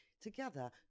together